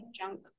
junk